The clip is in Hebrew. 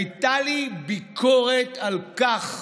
הייתה לי ביקורת על כך